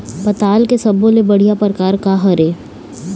पताल के सब्बो ले बढ़िया परकार काहर ए?